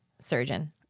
surgeon